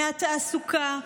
מהתעסוקה,